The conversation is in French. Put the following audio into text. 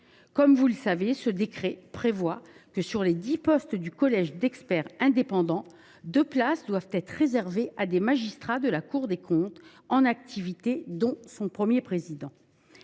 Comme vous le savez, ce décret prévoit que sur les dix postes du collège d’experts indépendants, deux doivent être réservés à des magistrats de la Cour des comptes en activité, dont son Premier président.